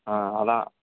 ஆ ஆனால்